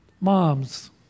moms